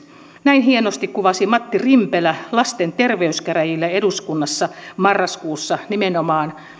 näin hienosti kuvasi matti rimpelä lasten terveyskäräjillä eduskunnassa marraskuussa nimenomaan